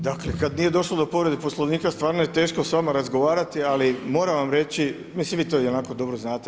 Dakle kada nije došlo do povrede Poslovnika, stvarno je teško s vama razgovarati ali moram vam reći, mislim vi to ionako dobro znate.